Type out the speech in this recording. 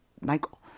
Michael